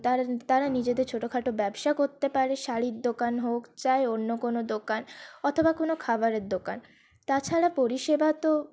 তারা তারা নিজেদের ছোটোখাটো ব্যবসা করতে পারে শাড়ির দোকান হোক চায় অন্য কোনো দোকান অথবা কোনো খাবারের দোকান তাছাড়া পরিষেবা তো